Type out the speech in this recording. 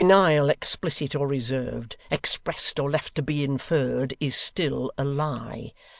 denial explicit or reserved, expressed or left to be inferred, is still a lie.